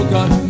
God